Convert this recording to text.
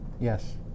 Yes